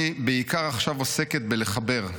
אני עכשיו בעיקר עוסקת בלחבר,